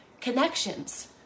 connections